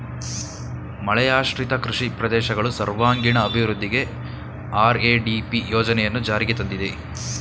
ಮಳೆಯಾಶ್ರಿತ ಕೃಷಿ ಪ್ರದೇಶಗಳು ಸರ್ವಾಂಗೀಣ ಅಭಿವೃದ್ಧಿಗೆ ಆರ್.ಎ.ಡಿ.ಪಿ ಯೋಜನೆಯನ್ನು ಜಾರಿಗೆ ತಂದಿದೆ